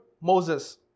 Moses